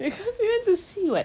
because you want to see [what]